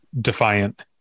defiant